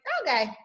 okay